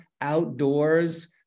outdoors